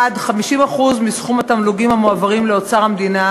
1. 50% מסכום התמלוגים המועברים לאוצר המדינה